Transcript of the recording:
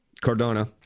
Cardona